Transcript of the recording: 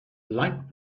light